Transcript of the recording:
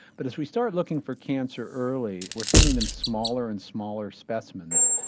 but as we start looking for cancer early we're sending them smaller and smaller specimens,